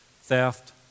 theft